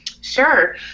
Sure